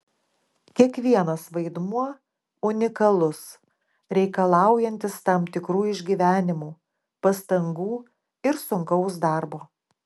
kiekvienas vaidmuo unikalus reikalaujantis tam tikrų išgyvenimų pastangų ir sunkaus darbo